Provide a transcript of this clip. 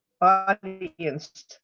audience